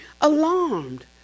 alarmed